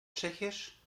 tschechisch